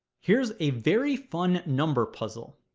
here's a very fun number puzzle